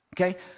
Okay